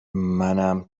منم